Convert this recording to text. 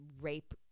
rape